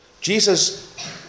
Jesus